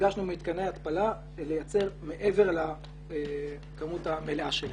ביקשנו מתקני התפלה לייצר מעבר לכמות המלאה שלהם.